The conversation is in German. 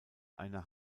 einer